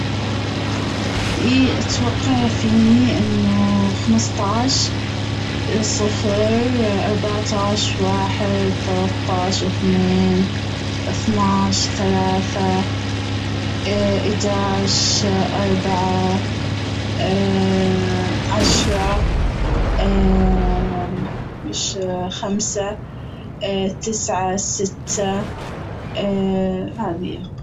اي أتوقع فيني خمستاش صفر اربعتاش واحد تلاتاش أتنين أثناش ثلاثة حداش أربعة عشرة خمسة تسعة ستة هذي.